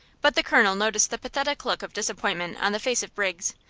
but the colonel noticed the pathetic look of disappointment on the face of briggs,